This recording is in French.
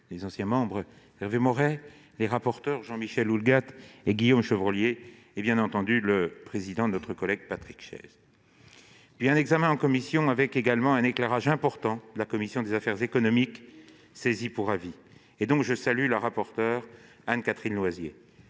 les anciens membres, comme Hervé Maurey, les rapporteurs, Jean-Michel Houllegatte et Guillaume Chevrollier, et bien entendu le président Patrick Chaize. Le texte a été examiné en commission, avec l'éclairage important de la commission des affaires économiques, saisie pour avis, dont je salue la rapporteure, Anne-Catherine Loisier,